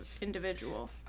individual